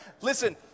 Listen